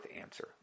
answer